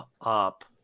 up